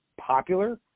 popular